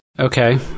Okay